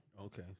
Okay